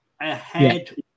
ahead